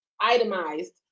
itemized